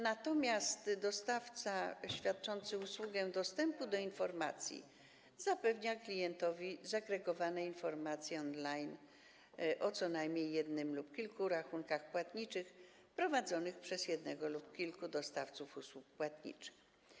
Natomiast dostawca świadczący usługę dostępu do informacji zapewnia klientowi zagregowane informacje on-line o co najmniej jednym rachunku lub kilku rachunkach płatniczych prowadzonych przez jednego dostawcę lub kilku dostawców usług płatniczych.